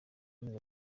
amezi